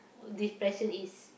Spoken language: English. depression is